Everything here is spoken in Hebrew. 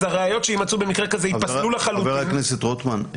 אז הראיות שיימצאו במקרה כזה ייפסלו לחלוטין --- חבר הכנסת רוטמן,